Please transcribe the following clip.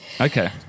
Okay